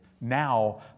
now